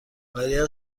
برایت